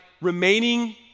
remaining